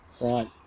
right